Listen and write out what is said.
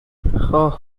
خواه